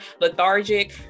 lethargic